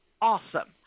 awesome